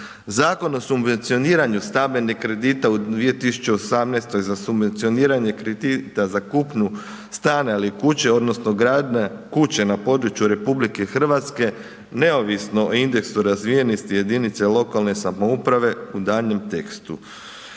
Zakon o subvencioniranju stambenih kredita u 2018. za subvencioniranje kredita za kupnju stana ili kuće odnosno gradnju kuće na području RH neovisno o indeksu razvijenosti jedinice lokalne samouprave u daljnjem tekstu,